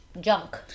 junk